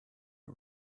you